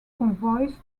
convoys